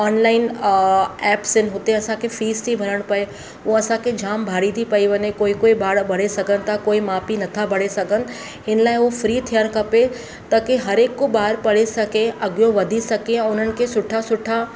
online apps आहिनि हुते असांखे फीस थी भरणु पए उहो असांखे जामु भारी थी पई वञे कोई कोई ॿार भरे सघनि था कोई माउ पीउ नथा भरे सघनि हिन लाइ उहो फ्री थियणु खपे ताकी हर हिकु ॿार पढ़े सघे अॻियो वधी सघे ऐं उन्हनि खे सुठा सुठा